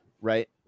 right